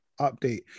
update